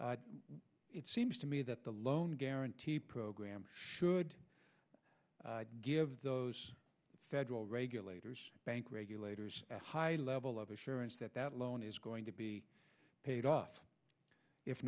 it seems to me that the loan guarantee program should give those federal regulators bank regulators a high level of assurance that that loan is going to be paid off if